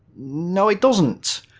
no it doesn't.